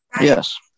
Yes